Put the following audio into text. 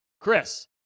Chris